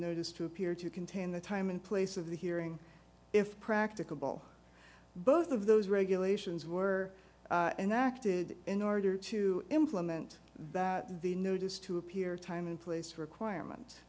notice to appear to contain the time and place of the hearing if practicable both of those regulations were enacted in order to implement that the notice to appear time and place requirement